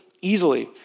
easily